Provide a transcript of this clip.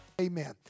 Amen